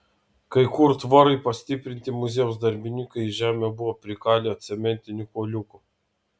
kai kur tvorai pastiprinti muziejaus darbininkai į žemę buvo prikalę cementinių kuoliukų